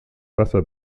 wasser